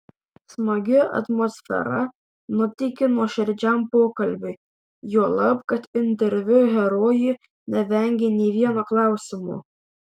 smagi atmosfera nuteikė nuoširdžiam pokalbiui juolab kad interviu herojė nevengė nė vieno klausimo